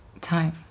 time